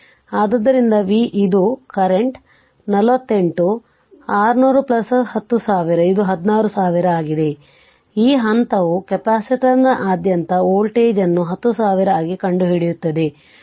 ಆದ್ದರಿಂದ v ಇದು current 48 6000 10000 ಇದು 16000 ಆಗಿದೆ ಈ ಹಂತವು ಕೆಪಾಸಿಟರ್ನಾದ್ಯಂತ ವೋಲ್ಟೇಜ್ ಅನ್ನು 10000 ಆಗಿ ಕಂಡುಹಿಡಿಯುತ್ತದೆ